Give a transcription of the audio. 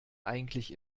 eigentlich